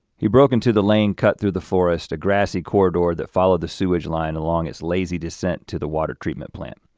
he broke into the lane cut through the forest, a grassy corridor that followed the sewage line along its lazy descent to the water treatment plant.